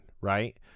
Right